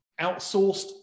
outsourced